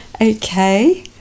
Okay